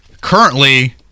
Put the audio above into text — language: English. Currently